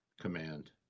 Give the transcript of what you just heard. Command